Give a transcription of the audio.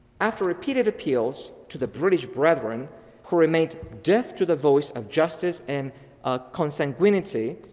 after repeated appeals to the british brethren who remained deaf to the voice of justice and ah consanguinity,